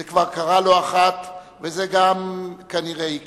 זה כבר קרה לא אחת, וזה כנראה גם יקרה.